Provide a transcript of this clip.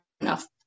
enough